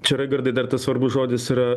čia raigardai dar tas svarbus žodis yra